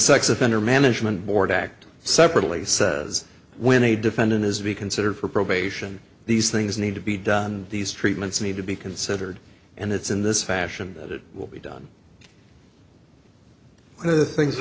sex offender management board act separately says when a defendant is be considered for probation these things need to be done these treatments need to be considered and it's in this fashion that it will be done and the things